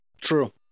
True